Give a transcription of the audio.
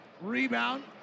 Rebound